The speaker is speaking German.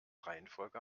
reihenfolge